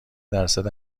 درصد